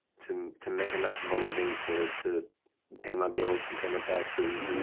to to make enough of a living to to pay my bills and pay my taxes,